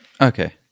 Okay